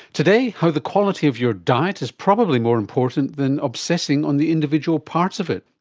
today, how the quality of your diet is probably more important than obsessing on the individual parts of it.